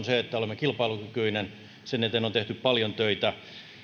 se että olemme kilpailukykyinen sen eteen on tehty paljon töitä